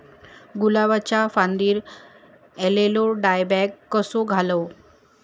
गुलाबाच्या फांदिर एलेलो डायबॅक कसो घालवं?